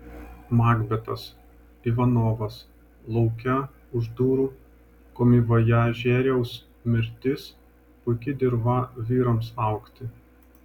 makbetas ivanovas lauke už durų komivojažieriaus mirtis puiki dirva vyrams augti